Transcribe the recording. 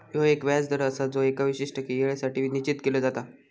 ह्यो एक व्याज दर आसा जो एका विशिष्ट येळेसाठी निश्चित केलो जाता